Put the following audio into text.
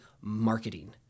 marketing